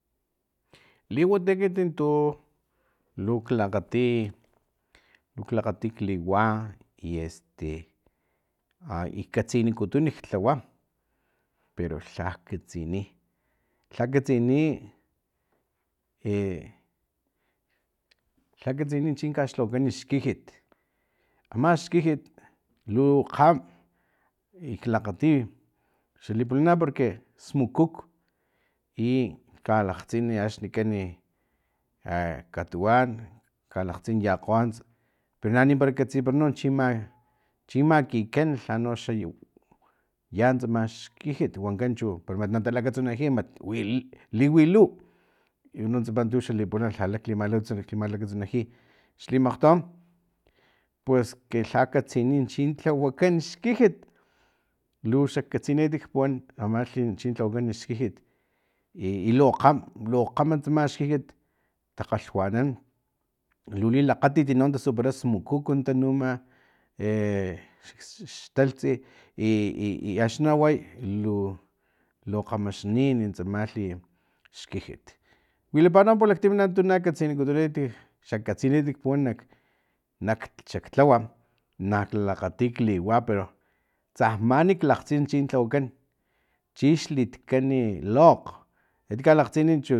Liwati ekiti tun luk lakgati luk lakgati kliwa i este i katsinikutun klhawa pero lhak katsini lh katsini e lha katsini chi kaxlhawakan xkijit ama xkijit lu kgam i klakgati xali pulana porque smukuk i kalakgtsim axni kan katuwan kalakgtsin yakgo ants pero na ni katsi no chi chi makikan lhano xa yan tsamax xkijit wanka chu para na lakatsunajiy mat wi mat liwi luw i uno tsama li pulana lhala kili mastsunaji xli makgto puesque lha katsini chin lhawakan xkijit lu xak katsini ekitik puwan amalhi chin lhawakan xkijit i lu kgam lo kgama tsama xkijit takgalhwanan lu lilakgatiti no tasupara no smukuk tanuma e xtalhtsi i i axni naway lu lu kgamaxnin tsamalhi xkijit wilapa no pulaktim na tu na katsinikutun ekiti xak katsini ekiti kpuwan nak xak tlawa nak lakgati liwa pero tsamani klakgtsin chin lhawakan chix litkan lokg ekiti kalakgtsin chu